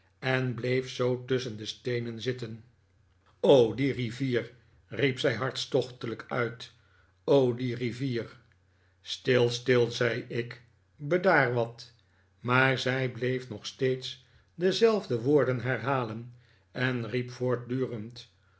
en bleef zoo tusschen de steenen zitten o r die rivier riep zij hartstochtelijk uit r o die rivier stil still zei ik bedaar wat maar zij bleef nog steeds dezelfde woorden herhalen en riep voortdurend